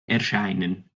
erscheinen